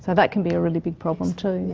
so that can be a really big problem too.